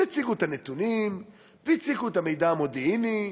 והציגו את הנתונים, והציגו את המידע המודיעיני,